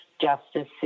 justice